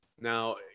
Now